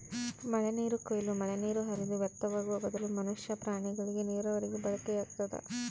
ಮಳೆನೀರು ಕೊಯ್ಲು ಮಳೆನೀರು ಹರಿದು ವ್ಯರ್ಥವಾಗುವ ಬದಲು ಮನುಷ್ಯ ಪ್ರಾಣಿಗಳಿಗೆ ನೀರಾವರಿಗೆ ಬಳಕೆಯಾಗ್ತದ